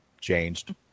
changed